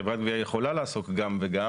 חברת גבייה יכולה לעסוק גם וגם